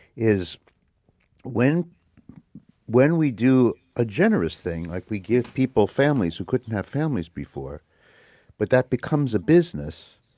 is when when we do a generous thing, like we give people families who couldn't have families before but that becomes a business,